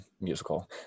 musical